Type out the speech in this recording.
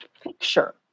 picture